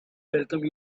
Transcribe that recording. welcome